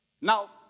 Now